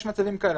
יש מצבים כאלה.